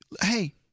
hey